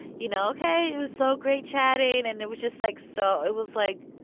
you know, ok, it was so great chatting. and it was just, like, so it was, like,